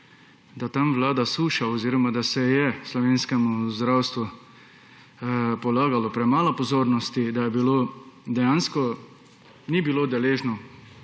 in več vlada suša oziroma da se je slovenskemu zdravstvu dajalo premalo pozornosti, da dejansko ni bilo deležno